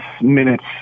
minutes